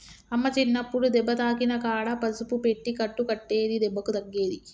అమ్మ చిన్నప్పుడు దెబ్బ తాకిన కాడ పసుపు పెట్టి కట్టు కట్టేది దెబ్బకు తగ్గేది